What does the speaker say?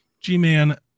G-Man